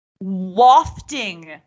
wafting